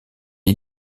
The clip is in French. est